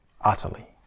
Utterly